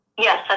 Yes